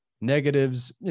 Negatives